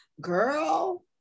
Girl